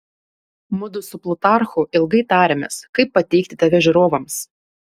mudu su plutarchu ilgai tarėmės kaip pateikti tave žiūrovams